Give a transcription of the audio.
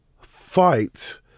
fight